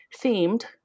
themed